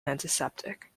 antiseptic